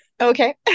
Okay